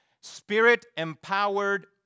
spirit-empowered